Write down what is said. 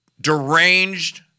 deranged